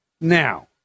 Now